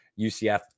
UCF